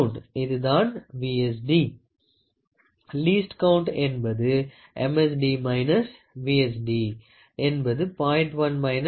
இதுதான் VSD least count என்பது MSD VSD என்பது 0